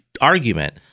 argument